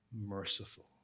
merciful